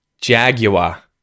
Jaguar